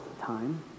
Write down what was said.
time